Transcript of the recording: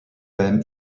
them